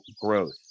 growth